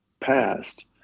passed